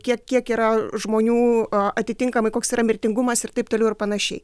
kiek kiek yra žmonių atitinkamai koks yra mirtingumas ir taip toliau ir panašiai